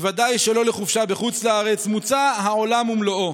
בוודאי שלא לחופשה בחוץ לארץ, מוצע עולם ומלואו: